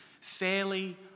fairly